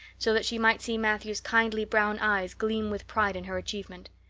so that she might see matthew's kindly brown eyes gleam with pride in her achievement.